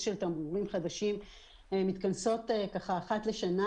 של תמרורים חדשים מתכנסות אחת לשנה,